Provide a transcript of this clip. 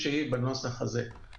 אני